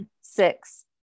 six